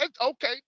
okay